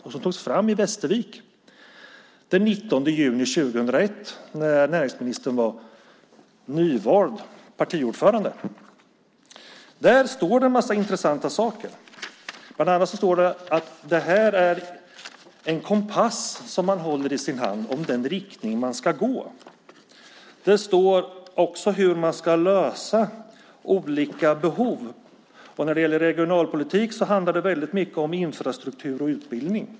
Den togs fram i Västervik den 19 juni 2001, när näringsministern var nyvald partiordförande. Där står det en massa intressanta saker. Det står bland annat att det är en kompass som man håller i sin hand för den riktning som man ska gå. Det står också hur man ska lösa olika behov. När det gäller regionalpolitik handlar det mycket om infrastruktur och utbildning.